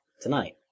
Tonight